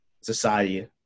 society